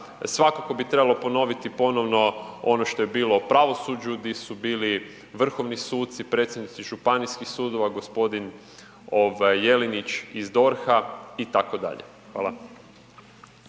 svakako bi trebalo ponoviti ponovno ono što je bilo u pravosuđu, di su bili vrhovni suci, predsjednici županijskih sudova g. Jelinić iz DORH-a itd. Hvala.